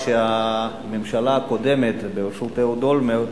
כשהממשלה הקודמת בראשות אהוד אולמרט